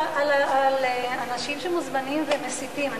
אני לא מדברת על אנשים שמוזמנים ומסיתים,